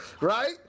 right